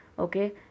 okay